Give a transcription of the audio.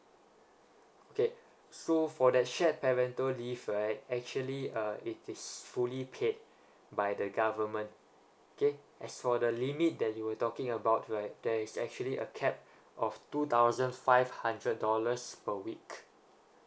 okay so for that shared parental leave right actually uh it is fully paid by the government okay as for the limit that you were talking about right there is actually a cap of two thousand five hundred dollars per week